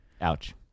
Ouch